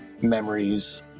memories